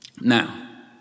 Now